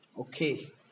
okay